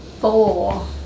Four